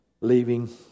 leaving